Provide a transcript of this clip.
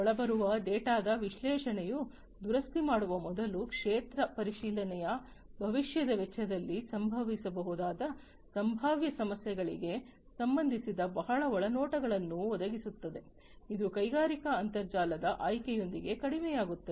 ಒಳಬರುವ ಡೇಟಾದ ವಿಶ್ಲೇಷಣೆಯು ದುರಸ್ತಿ ಮಾಡುವ ಮೊದಲು ಕ್ಷೇತ್ರ ಪರಿಶೀಲನೆಯ ಭವಿಷ್ಯದ ವೆಚ್ಚದಲ್ಲಿ ಸಂಭವಿಸಬಹುದಾದ ಸಂಭಾವ್ಯ ಸಮಸ್ಯೆಗಳಿಗೆ ಸಂಬಂಧಿಸಿದ ಹೊಸ ಒಳನೋಟಗಳನ್ನು ಒದಗಿಸುತ್ತದೆ ಇದು ಕೈಗಾರಿಕಾ ಅಂತರ್ಜಾಲದ ಆಯ್ಕೆಯೊಂದಿಗೆ ಕಡಿಮೆಯಾಗುತ್ತದೆ